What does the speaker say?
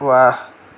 ৱাহ